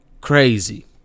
Crazy